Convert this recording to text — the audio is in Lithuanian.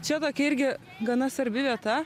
čia tokia irgi gana svarbi vieta